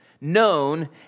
known